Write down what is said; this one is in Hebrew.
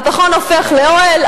הפחון הופך לאוהל,